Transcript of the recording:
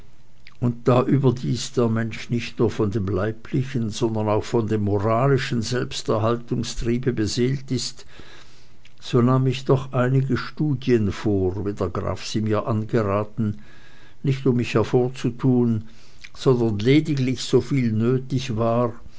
und da überdies der mensch nicht nur von dem leiblichen sondern auch von einem moralischen selbsterhaltungstriebe beseelt ist so nahm ich doch einige studien vor wie der graf sie mir angeraten nicht um mich hervorzutun sondern lediglich soviel nötig war